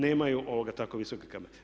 Nemaju tako visoke kamate.